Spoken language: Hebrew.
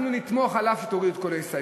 אנחנו נתמוך, אף שתורידו את כל ההסתייגויות,